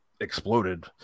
exploded